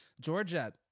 georgia